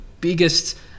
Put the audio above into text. biggest